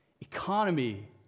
economy